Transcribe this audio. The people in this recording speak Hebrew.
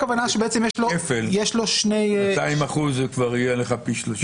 הכוונה שבעצם יש לו שני --- 200% זה כבר יהיה לך פי שלושה.